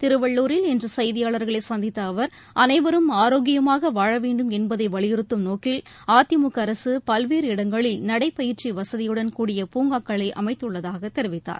திருவள்ளூரில் இன்று செய்தியாளர்களை சந்தித்த அவர் அனைவரும் ஆரோக்கியமாக வாழவேண்டும் என்பதை வலியுறுத்தும் நோக்கில் அதிமுக அரசு பல்வேறு இடங்களில் நடை பயிற்சி வசதியுடன் கூடிய பூங்காக்களை அமைத்துள்ளதாகத் தெரிவித்தார்